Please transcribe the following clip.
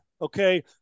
okay